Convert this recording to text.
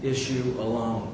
issue alone